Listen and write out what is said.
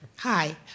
Hi